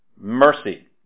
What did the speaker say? mercy